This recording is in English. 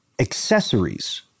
accessories